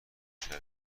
شوی